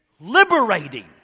liberating